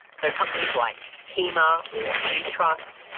so companies like qima or v-trust,